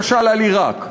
למשל על עיראק.